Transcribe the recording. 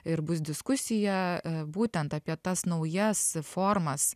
ir bus diskusija e būtent apie tas naujas formas